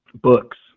books